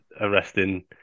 arresting